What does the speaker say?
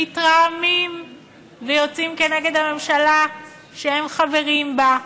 מתרעמים ויוצאים כנגד הממשלה שהם חברים בה.